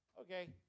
okay